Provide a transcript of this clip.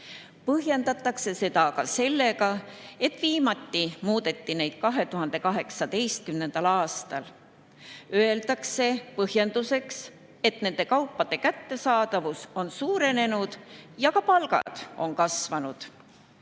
Põhjendatakse seda aga sellega, et viimati muudeti neid 2018. aastal. Põhjenduseks öeldakse, et nende kaupade kättesaadavus on suurenenud ja ka palgad on kasvanud.